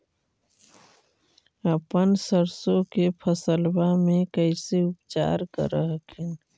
अपन सरसो के फसल्बा मे कैसे उपचार कर हखिन?